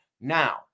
Now